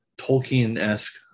tolkien-esque